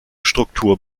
struktur